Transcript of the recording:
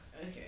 Okay